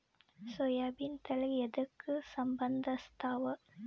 ಸೋಯಾಬಿನ ತಳಿ ಎದಕ ಸಂಭಂದಸತ್ತಾವ?